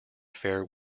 fair